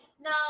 No